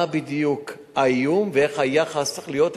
מה בדיוק האיום ואיך היחס צריך להיות,